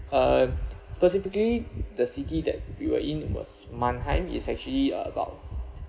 uh specifically the city that we were in mannheim it's actually about